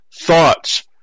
thoughts